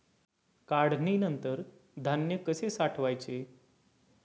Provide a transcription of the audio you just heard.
काढणीनंतर धान्य कसे साठवायचे?